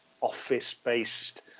office-based